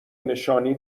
نشانی